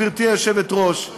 גברתי היושבת-ראש,